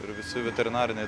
ir visi veterinariniai